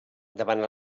davant